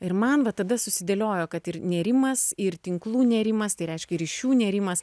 ir man va tada susidėliojo kad ir nėrimas ir tinklų nėrimas tai reiškia ryšių nėrimas